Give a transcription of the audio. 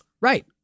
Right